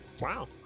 Wow